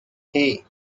hey